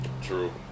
True